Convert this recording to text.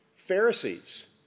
Pharisees